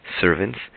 servants